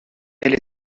elle